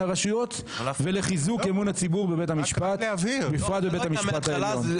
הרשויות ולחיזוק אמון הציבור בבית המשפט ובפרט בבית המשפט העליון.